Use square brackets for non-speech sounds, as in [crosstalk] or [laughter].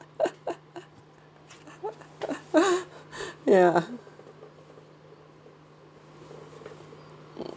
[laughs] ya mm